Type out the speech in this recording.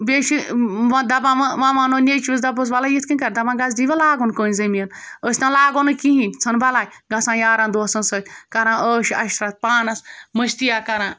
بیٚیہِ چھِ وۄنۍ دَپان وۄںۍ وَ وَنو نیٚچوِس دَپوس وَلہ یِتھ کٔنۍ کَر دَپان گژھ دِیٖوَ لاگُن کٲنٛسہِ زٔمیٖن أسۍ نہ لاگو نہٕ کِہیٖنۍ ژھٕن بَلاے گژھان یارَن دوستَن سۭتۍ کَران عٲشہِ عشرَت پانَس مٔستِیا کَران